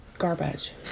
garbage